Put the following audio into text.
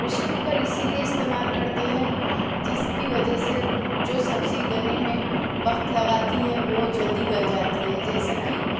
pressure cooker اسی لیے استعمال کرتے ہے جس کی وجہ سے جو سبزی گلنے میں وقت لگاتی ہے وہ جلدی گل جاتی ہے جیسے کہ